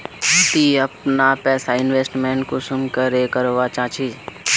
ती अपना पैसा इन्वेस्टमेंट कुंसम करे करवा चाँ चची?